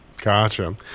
Gotcha